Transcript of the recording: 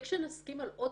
--- מספיק שנסכים על עוד